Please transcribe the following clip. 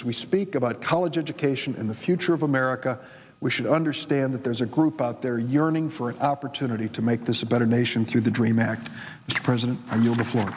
as we speak about college education in the future of america we should understand that there's a group out there yearning for an opportunity to make this a better nation through the dream act this president i knew before